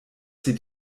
sieht